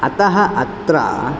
अतः अत्र